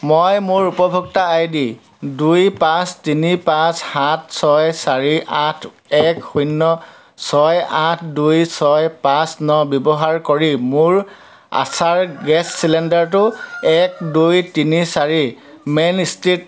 মই মোৰ উপভোক্তা আইডি দুই পাঁচ তিনি পাঁচ সাত ছয় চাৰি আঠ এক শূন্য ছয় আঠ দুই ছয় পাঁচ ন ব্যৱহাৰ কৰি মোৰ আছাৰ গেছ চিলিণ্ডাৰটো এক দুই তিনি চাৰি মেইন ষ্ট্ৰীট